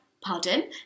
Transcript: pardon